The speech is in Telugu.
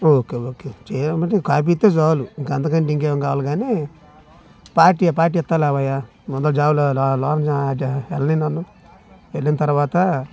ఓకే ఓకే చేయాలి అనుకుంటే కాపీ అయితే చాలు ఇంకా అంతకంటే ఇంకేం కావాలి కానీ పార్టీ పార్టీ ఇస్తాను లేవయ్యా ముందు ఆ జాబ్లో వెళ్ళి నన్ను వెళ్ళిన తరువాత